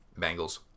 Bengals